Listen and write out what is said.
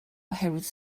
oherwydd